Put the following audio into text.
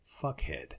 fuckhead